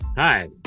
Hi